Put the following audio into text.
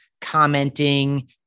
commenting